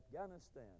Afghanistan